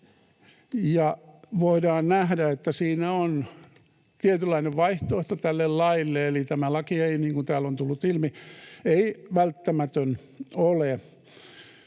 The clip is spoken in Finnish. voidaan nähdä, että siinä on tietynlainen vaihtoehto tälle laille, eli tämä laki ei, niin kuin